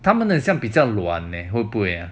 他们的像比较软 leh 会不会